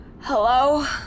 hello